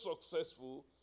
successful